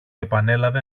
επανέλαβε